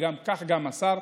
וכך גם השר.